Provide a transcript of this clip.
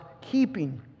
keeping